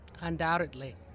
Undoubtedly